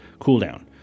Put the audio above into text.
cooldown